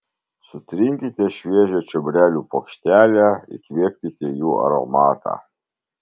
sutrinkite šviežią čiobrelių puokštelę įkvėpkite jų aromatą